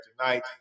tonight